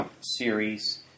series